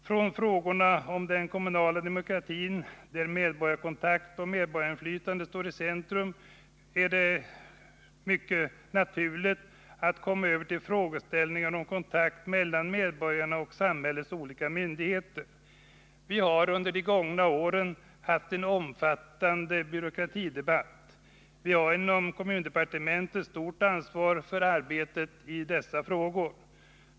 Från frågorna om den kommunala demokratin, där medborgarkontakt och medinflytande står i centrum, är det mycket naturligt att komma över till frågeställningen om kontakt mellan medborgarna och samhällets olika myndigheter. Vi har under de gångna åren haft en omfattande byråkratidebatt. Kommundepartementet har stort ansvar för arbetet med dessa frågor.